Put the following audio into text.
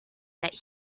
that